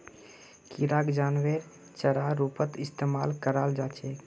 किराक जानवरेर चारार रूपत इस्तमाल कराल जा छेक